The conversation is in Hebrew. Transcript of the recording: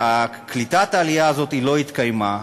שקליטת העלייה הזאת לא התקיימה,